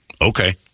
Okay